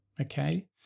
Okay